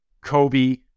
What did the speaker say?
Kobe